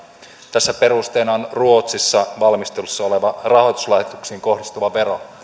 tässä perusteena on ruotsissa valmistelussa oleva rahoituslahjoituksiin kohdistuva vero